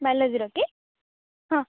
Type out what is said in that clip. ବାୟୋଲୋଜିର କି ହଁ